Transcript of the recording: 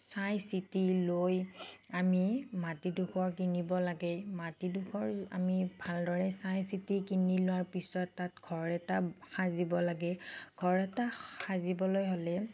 চাই চিতি লৈ আমি মাটিডোখৰ কিনিব লাগে মাটিডোখৰ আমি ভালদৰে চাই চিতি কিনি লোৱাৰ পিছত তাত ঘৰ এটা সাজিব লাগে ঘৰ এটা সাজিবলৈ হ'লে